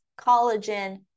collagen